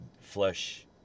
flesh